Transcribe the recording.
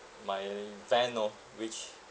my van oh which